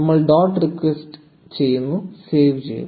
നമ്മൾ dot text ചേർക്കുന്നു save ചെയുക